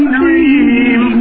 dream